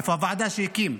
איפה הוועדה שהקים?